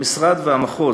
המשרד והמחוז,